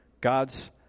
God's